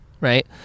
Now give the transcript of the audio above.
right